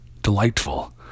delightful